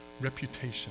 reputation